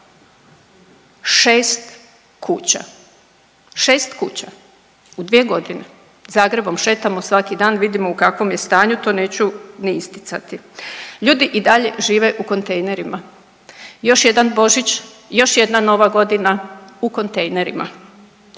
šest kuća, šest kuća u dvije godine. Zagrebom šetamo svaki dan vidimo u kakvom je stanju, to neću ni isticati. Ljudi i dalje žive u kontejnerima, još jedan Božić, još jedna Nova godina u kontejnerima.